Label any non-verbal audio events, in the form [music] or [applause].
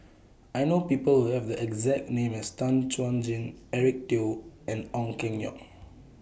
[noise] I know People Who Have The exact name as Tan Chuan Jin Eric Teo and Ong Keng Yong